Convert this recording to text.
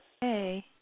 Hey